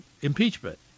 impeachment